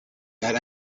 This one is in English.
got